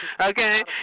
Okay